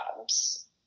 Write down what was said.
jobs